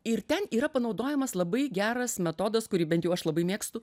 ir ten yra panaudojamas labai geras metodas kurį bent jau aš labai mėgstu